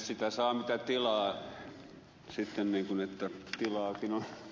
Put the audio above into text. sitä saa mitä tilaa tilaakin on kuinka sattuu